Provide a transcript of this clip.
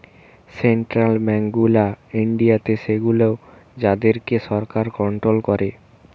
central bank গুলা ইন্ডিয়াতে সেগুলো যাদের কে সরকার কন্ট্রোল করে